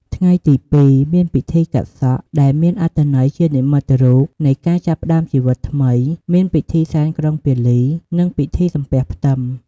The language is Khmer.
ថ្ងៃទី២ មាន ពិធីកាត់សក់ ដែលមានអត្ថន័យជានិមិត្តរូបនៃការចាប់ផ្តើមជីវិតថ្មី មានពិធីសែនក្រុងពាលី និងពិធីសំពះផ្ទឹម។